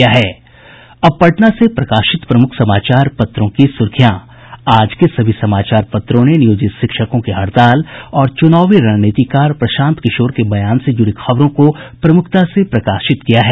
अब पटना से प्रकाशित प्रमुख समाचार पत्रों की सुर्खियां आज के सभी समाचार पत्रों ने नियोजित शिक्षकों की हड़ताल और चुनावी रणनीतिकार प्रशांत किशोर के बयान से जुड़ी खबरों को प्रमुखता से प्रकाशित किया है